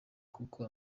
kuko